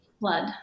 blood